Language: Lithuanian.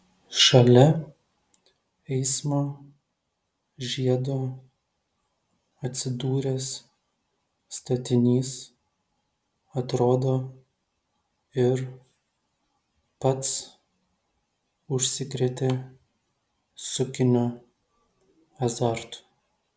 šalia eismo žiedo atsidūręs statinys atrodo ir pats užsikrėtė sukinio azartu